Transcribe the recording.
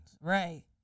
Right